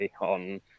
on